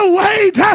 wait